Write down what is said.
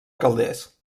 calders